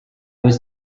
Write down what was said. was